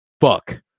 fuck